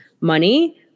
money